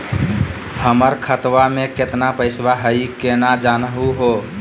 हमर खतवा मे केतना पैसवा हई, केना जानहु हो?